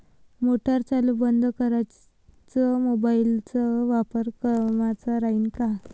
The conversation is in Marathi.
मोटार चालू बंद कराच मोबाईलचा वापर कामाचा राहीन का?